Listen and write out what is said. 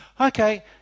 Okay